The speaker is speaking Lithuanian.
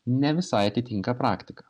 ne visai atitinka praktiką